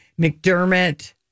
McDermott